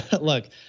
look